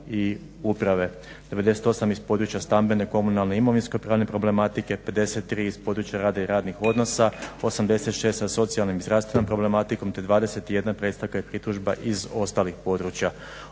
i uprave, 98 iz područja stambene, komunalne i imovinsko-pravne problematike, 53 iz područja rada i radnih odnosa, 86 sa socijalnom i zdravstvenom problematikom, te 21 predstavka i pritužba iz ostalih područja.